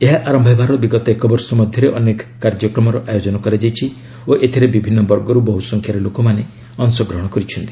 ଏହା ଆରମ୍ଭ ହେବାର ବିଗତ ଏକ ବର୍ଷ ମଧ୍ୟରେ ଅନେକ କାର୍ଯ୍ୟକ୍ରମର ଆୟୋଜନ କରାଯାଇଛି ଓ ଏଥିରେ ବିଭିନ୍ନ ବର୍ଗରୁ ବହୁ ସଂଖ୍ୟାରେ ଲୋକମାନେ ଅଂଶଗ୍ରହଣ କରିଛନ୍ତି